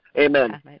Amen